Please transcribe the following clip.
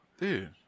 dude